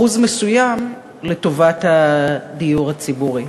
אחוז מסוים, לטובת הדיור הציבורי?